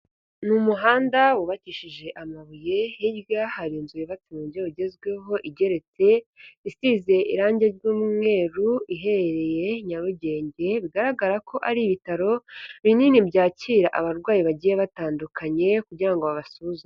Ni umuhanda wubakishije amabuye, hirya hari inzu yubatse mu buryo bugezweho, igeretse, isize irange ry'umweru, iherereye Nyarugenge, bigaragara ko ari ibitaro binini, byakira abarwayi bagiye batandukanye, kugira ngo babasuzume.